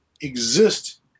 exist